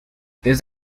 these